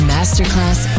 Masterclass